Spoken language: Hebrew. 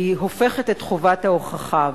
היא הופכת את חובת ההוכחה.